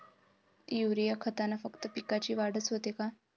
Urea खतानं फक्त पिकाची वाढच होते का?